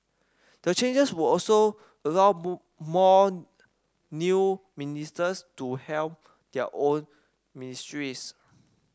the changes will also allow more new ministers to helm their own ministries